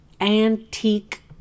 antique